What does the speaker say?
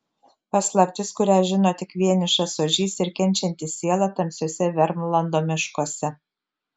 paslaptis kurią žino tik vienišas ožys ir kenčianti siela tamsiuose vermlando miškuose